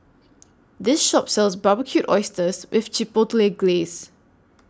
This Shop sells Barbecued Oysters with Chipotle Glaze